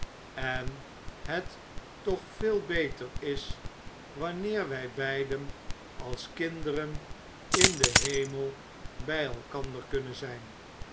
en het toch veel beter is wanneer wij beiden als kinderen in den hemel bij elkander kunnen zijn